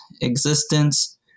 existence